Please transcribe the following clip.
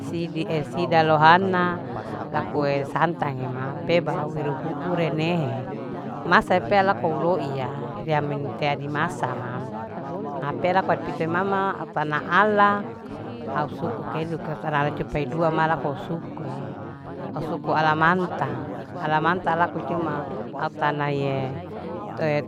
Sida e sida lohana lakue santange ma pea baru au iruhuku ne he masa pea laku au loiya ria men te adi masa mam ha pea laku adipito mama au tana ala. au suku keduke ria cupai dua mama laku suku e au suku ala manta. ala manta laku cuma au tanaye